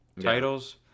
titles